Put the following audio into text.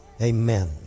Amen